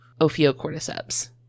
Ophiocordyceps